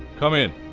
come in!